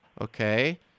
Okay